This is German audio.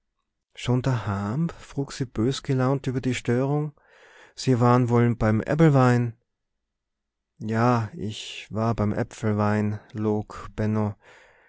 dahaam frug sie bösgelaunt über die störung sie war'n wohl beim ebbelwei ja ich war beim äpfelwein log